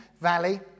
Valley